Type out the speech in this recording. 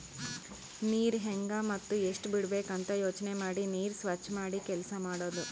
ನೀರ್ ಹೆಂಗ್ ಮತ್ತ್ ಎಷ್ಟ್ ಬಿಡಬೇಕ್ ಅಂತ ಯೋಚನೆ ಮಾಡಿ ನೀರ್ ಸ್ವಚ್ ಮಾಡಿ ಕೆಲಸ್ ಮಾಡದು